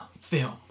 film